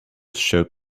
showed